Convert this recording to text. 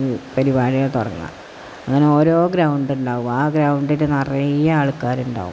ഈ പരിപാടികള് തുടങ്ങുക അങ്ങനോരോ ഗ്രൗണ്ടുണ്ടാകും ആ ഗ്രൗണ്ടില് നിറയെ ആൾക്കാരുണ്ടാവും